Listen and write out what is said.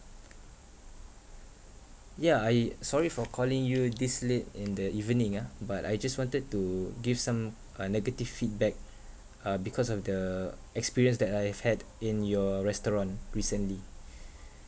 yeah I sorry for calling you this late in the evening ah but I just wanted to give some uh negative feedback uh because of the experience that I have had in your restaurant recently